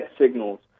signals